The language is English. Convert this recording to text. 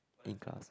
in class